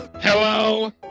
Hello